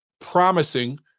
promising